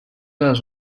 les